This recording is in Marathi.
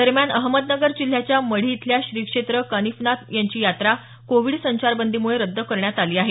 दरम्यान अहमदनगर जिल्ह्याच्या मढी इथल्या श्री क्षेत्र कानिफनाथ यांची यात्रा कोविड संचारबंदीमुळे रद्द करण्यात आली आहे